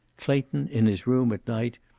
clayton, in his room at night,